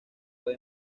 fue